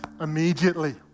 immediately